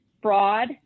fraud